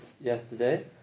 yesterday